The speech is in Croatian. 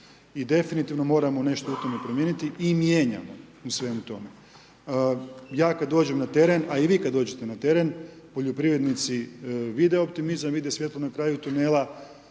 I definitivno moramo nešto u tome promijeniti i mijenjamo u svemu tome. Ja kad dođem na teren a i vi kada dođete na teren, poljoprivrednici vide optimizam, vide svjetlo na kraju tunela,